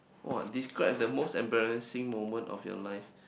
!wah! describe the most embarrassing moment of your life